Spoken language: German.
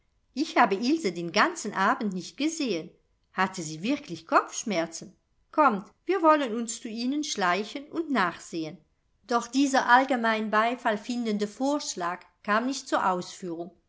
ich habe ilse den ganzen abend nicht gesehen hatte sie wirklich kopfschmerzen kommt wir wollen uns zu ihnen schleichen und nachsehen doch dieser allgemein beifall findende vorschlag kam nicht zur ausführung